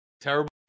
terrible